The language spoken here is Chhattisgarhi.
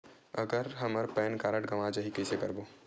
अगर हमर पैन कारड गवां जाही कइसे करबो?